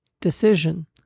decision